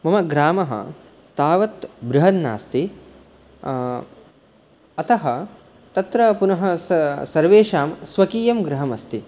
मम ग्रामः तावत् बृहन्नास्ति अतः तत्र पुनः सर्वेषां स्वकीयं गृहम् अस्ति